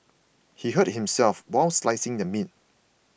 he hurt himself while slicing the meat